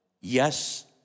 Yes